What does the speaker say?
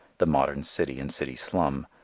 the modern city and city slum,